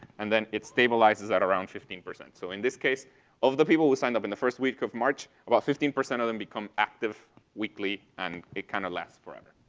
and then it stabilizes at around fifteen percent. so in this case of the people who signed up in the first week of march about fifteen percent of them become active weekly and it kind of lasts forever.